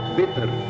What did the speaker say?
bitter